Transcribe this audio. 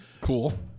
Cool